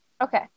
Okay